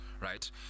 right